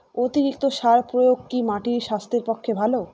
অতিরিক্ত সার প্রয়োগ কি মাটির স্বাস্থ্যের পক্ষে ভালো?